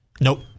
nope